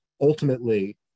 ultimately